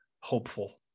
hopeful